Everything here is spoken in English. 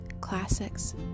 classics